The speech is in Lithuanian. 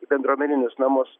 į bendruomeninius namus